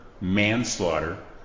manslaughter